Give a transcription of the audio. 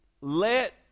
Let